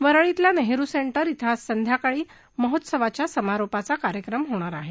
वरळीतल्या Nehru centre इथं आज संध्याकाळी महोत्सवाच्या समारोपाचा कार्यक्रम होणार आहे